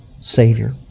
Savior